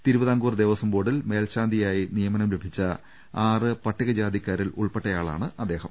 തിരുവിതാംകൂർ ദേവസ്വംബോർഡിൽ മേൽശാന്തിയായി നിയ മനം ലഭിച്ച ആറ് പട്ടികജാതിക്കാരിൽ ഉൾപ്പെട്ടയാളാണ് ഇദ്ദേഹം